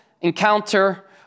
encounter